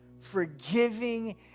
forgiving